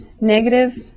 negative